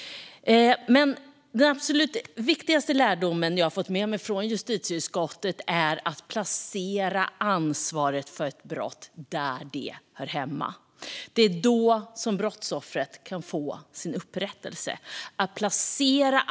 Men den absolut viktigaste lärdom jag har fått med mig från justitieutskottet är att placera ansvaret för ett brott där det hör hemma. Det är då brottsoffret kan få sin upprättelse.